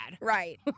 Right